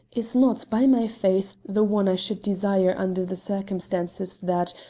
is not, by my faith! the one i should desire under the circumstances that,